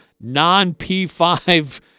non-P5